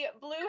Blue